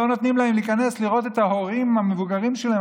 לא נותנים להם להיכנס לראות את ההורים המבוגרים שלהם,